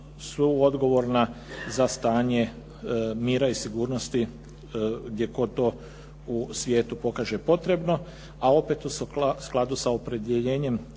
suodgovorna za stanje mira i sigurnosti gdje god to u svijetu pokaže potrebno a opet u skladu sa opredjeljenjem